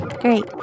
Great